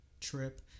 trip